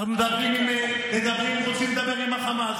אנחנו רוצים לדבר עם החמאס,